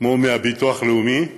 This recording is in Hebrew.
כמו מהביטוח הלאומי,